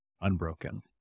unbroken